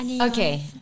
Okay